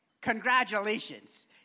Congratulations